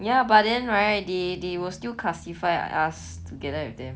ya but then right they they will still classify us together with them ya